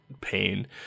pain